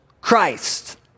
Christ